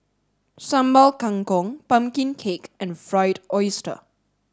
sambal kangkong pumpkin cake and fried oyster